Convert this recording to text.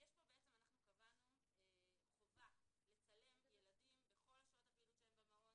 אנחנו קבענו חובה לצלם את הילדים בכל שעות הפעילות שלהם במעון